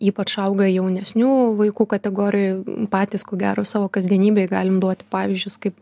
ypač auga jaunesnių vaikų kategorijoj patys ko gero savo kasdienybėj galim duoti pavyzdžius kaip